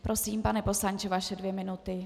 Prosím, pane poslanče, vaše dvě minuty.